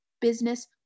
business